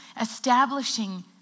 establishing